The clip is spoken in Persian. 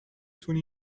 تونی